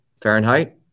Fahrenheit